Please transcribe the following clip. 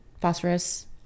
phosphorus